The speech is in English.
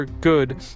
good